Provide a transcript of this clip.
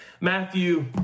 Matthew